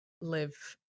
live